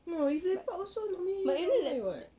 no if lepak also normally ramai [what]